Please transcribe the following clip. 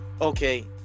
okay